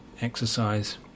exercise